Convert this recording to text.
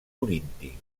corinti